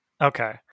Okay